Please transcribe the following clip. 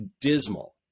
dismal